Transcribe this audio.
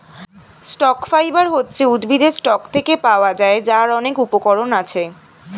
stock fibre হচ্ছে উদ্ভিদের stalk থেকে পাওয়া যায়, যার অনেক উপকরণ আছে